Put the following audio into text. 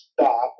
stop